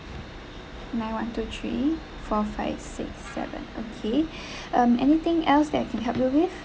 nine one two three four five six seven okay um anything else that I can help you with